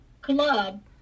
club